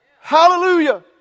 Hallelujah